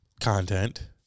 content